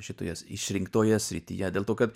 šitoje išrinktoje srityje dėl to kad